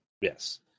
Yes